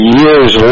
years